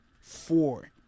four